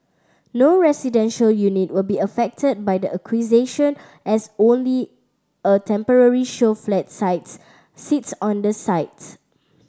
no residential unit will be affected by the acquisition as only a temporary show flats sites sits on the sites